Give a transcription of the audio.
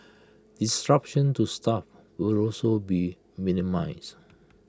disruption to staff will also be minimised